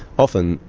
often,